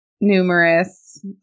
numerous